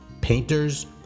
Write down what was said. Painters